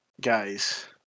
guys